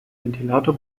ventilator